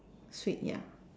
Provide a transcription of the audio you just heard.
sweet ya